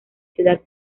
ciudad